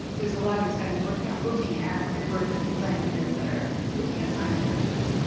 there's a lot of exciting work now looking at the birth of new languages that are looking at sign languages.